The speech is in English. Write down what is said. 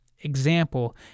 example